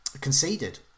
conceded